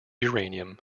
uranium